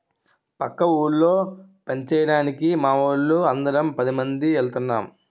పక్క ఊళ్ళో పంచేయడానికి మావోళ్ళు అందరం పదిమంది ఎల్తన్నం